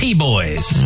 T-Boys